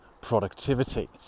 productivity